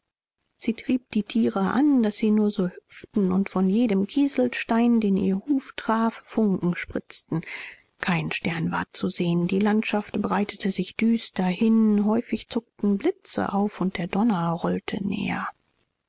sie trieb die tiere an daß sie nur so hüpften und von jedem kieselstein den ihr huf traf funken spritzten kein stern war zu sehen die landschaft breitete sich düster hin häufig zuckten blitze auf und der donner rollte näher